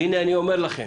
והנה אני אומר לכם: